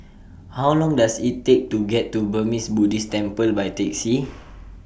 How Long Does IT Take to get to Burmese Buddhist Temple By Taxi